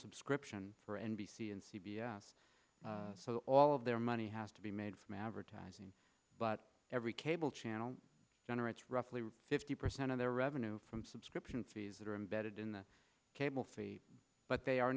subscription for n b c and c b s so all of their money has to be made from advertising but every cable channel generates roughly fifty percent of their revenue from subscription fees that are embedded in the cable but they are